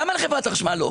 למה לחברת החשמל לא?